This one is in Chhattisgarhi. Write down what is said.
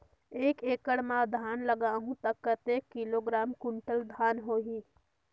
एक एकड़ मां धान लगाहु ता कतेक किलोग्राम कुंटल धान होही?